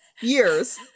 years